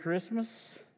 Christmas